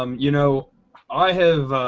um you know i have